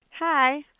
Hi